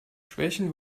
schwächen